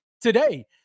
today